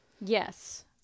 Yes